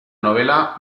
novela